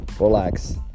relax